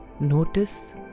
Notice